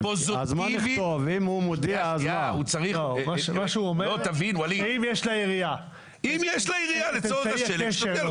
הוא אומר שאם יש לעירייה אמצעי קשר,